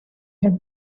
had